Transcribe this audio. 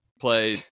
play